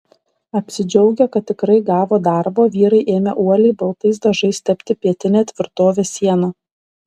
apsidžiaugę kad tikrai gavo darbo vyrai ėmė uoliai baltais dažais tepti pietinę tvirtovės sieną